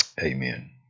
Amen